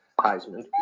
Heisman